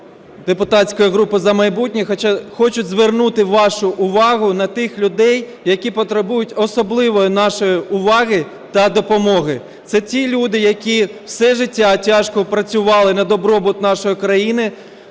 депутатської групи "За майбутнє" хочуть звернути вашу увагу на тих людей, які потребують особливої нашої уваги та допомоги. Це ті люди, які все життя тяжко працювали на добробут нашої країни,